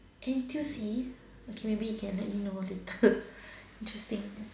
N_T_U_C okay maybe you can let me know a bit interesting